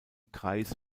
kreise